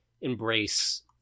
embrace